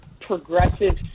progressive